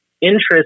interest